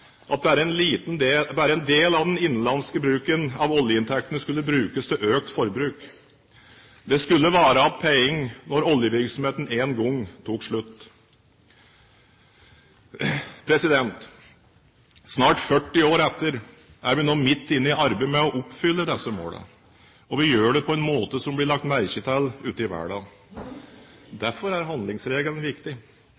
at bare en del av den innenlandske bruken av oljeinntektene skulle nyttes til økt forbruk. Det skulle være penger igjen når oljevirksomheten en gang tok slutt. Snart 40 år etter er vi nå midt inne i arbeidet med å oppfylle disse målene, og vi gjør det på en måte som blir lagt merke til ute i